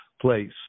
place